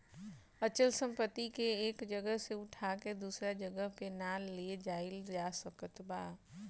अचल संपत्ति के एक जगह से उठा के दूसरा जगही पे ना ले जाईल जा सकत बाटे